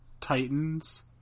Titans